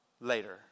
later